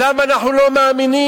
למה אנחנו לא מאמינים?